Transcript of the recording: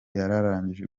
yararangije